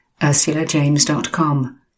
ursulajames.com